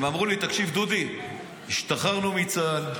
הם אמרו לי: תקשיב, דודי, השתחררנו מצה"ל,